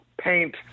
paint